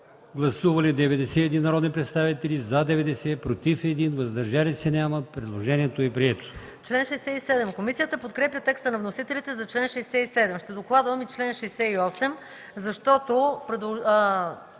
Гласували 128 народни представители: за 93, против 29, въздържали се 6. Предложението е прието.